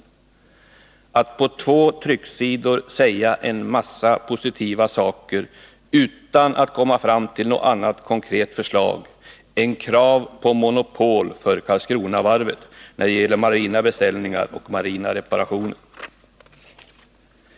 I den motionen har man på två trycksidor sagt en massa positiva saker utan att ha kommit fram till något annat konkret förslag än krav på monopol för Karlskronavarvet när det gäller marina beställningar och reparationer.